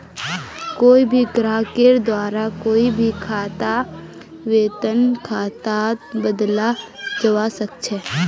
कोई भी ग्राहकेर द्वारा कोई भी खाताक वेतन खातात बदलाल जवा सक छे